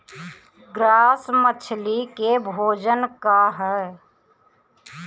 Grass मछली के भोजन का ह?